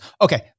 Okay